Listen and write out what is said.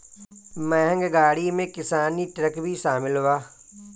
महँग गाड़ी में किसानी ट्रक भी शामिल बा